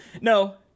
no